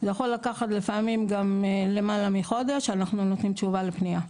זה יכול לקחת לפעמים גם למעלה מחודש אנחנו נותנים תשובה לפנייה,